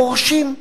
חורשים.